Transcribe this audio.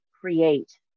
create